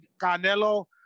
Canelo